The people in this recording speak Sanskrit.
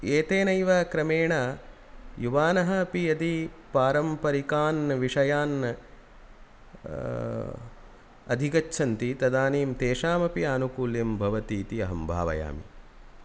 एतेनैव क्रमेण युवानः अपि यदि पारम्परिकान् विषयान् अधिगच्छन्ति तदानीं तेषामपि आनुकूल्यं भवति इति अहं भावयामि